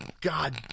God